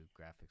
graphics